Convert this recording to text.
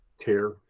care